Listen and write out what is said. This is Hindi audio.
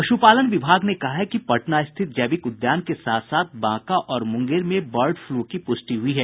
पशुपालन विभाग ने कहा है कि पटना स्थित जैविक उद्यान के साथ साथ बांका और मुंगेर में बर्ड फलू की पुष्टि हुई है